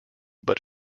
but